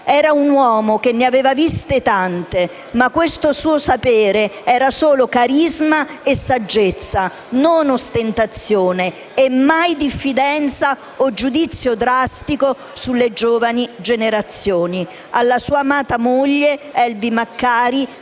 Era un uomo che ne aveva viste tante, ma questo suo sapere era solo carisma e saggezza, non ostentazione e mai diffidenza o giudizio drastico sulle giovani generazioni. Alla sua amata moglie Elvi Maccari